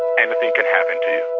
and can happen to